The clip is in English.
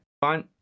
Fine